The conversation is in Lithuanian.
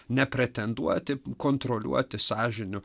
nepretenduoti kontroliuoti sąžinių